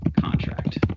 Contract